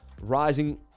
rising